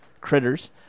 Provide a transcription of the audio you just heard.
critters